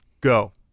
Go